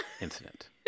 incident